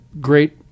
great